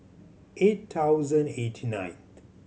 eight thousand eighty ninth